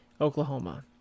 Oklahoma